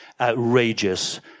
outrageous